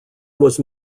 was